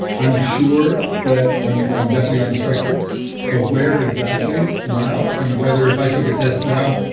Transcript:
i'm sure that i'm i'm definitely on the spectrum but where exactly now and whether if i took a test now,